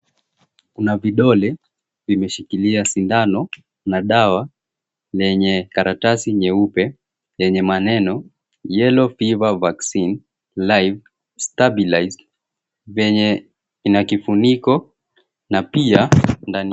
Kuna vidole vimeshikilia sindano na dawa lenye karatasi nyeupe lenye maneno, Yellow Fever Vaccine Live Stabilized vyenye ina kifuniko na pia ndani.